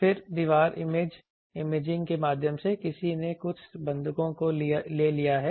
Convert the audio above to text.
फिर दीवार इमेजिंग के माध्यम से किसी ने कुछ बंधकों को ले लिया है